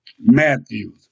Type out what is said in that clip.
Matthew